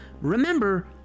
Remember